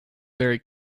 very